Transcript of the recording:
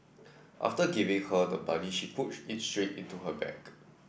after giving her the money she put it straight into her bag